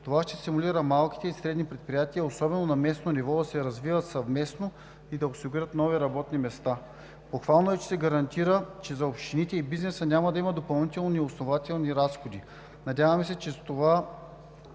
Това ще стимулира малките и средни предприятия особено на местно ниво да се развиват съвместно и да осигурят нови работни места. Похвално е, че се гарантира, че за общините и бизнеса няма да има допълнителни и неоснователни разходи. Надяваме се, че това